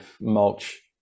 mulch